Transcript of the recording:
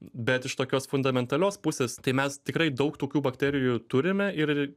bet iš tokios fundamentalios pusės tai mes tikrai daug tokių bakterijų turime ir